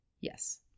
yes